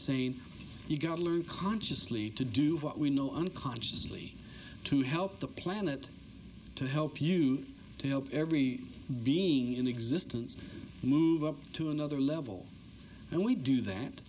saying you've got to learn consciously to do what we know unconsciously to help the planet to help you to help every being in existence move up to another level and we do that